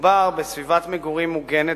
מדובר בסביבת מגורים מוגנת